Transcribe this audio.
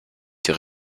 die